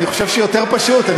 אני חושב שיותר פשוט.